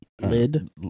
lid